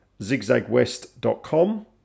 zigzagwest.com